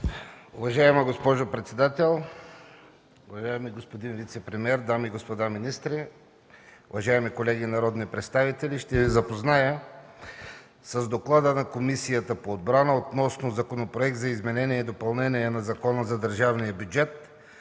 Уважаема госпожо председател, уважаеми господин вицепремиер, дами и господа министри, уважаеми колеги народни представители, ще Ви запозная с Доклада на комисията относно Законопроект за изменение и допълнение на Закона за държавния бюджет